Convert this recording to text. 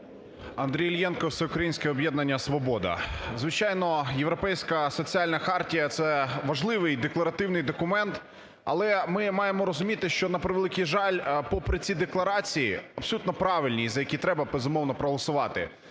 Андрій Іллєнко, Всеукраїнське об'єднання "Свобода". Звичайно, Європейська соціальна хартія – це важливий декларативний документ, але ми маємо розуміти, що, на превеликий жаль, попри ці декларації, абсолютно правильні, за які треба, безумовно, проголосувати.